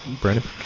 Brandon